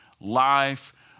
life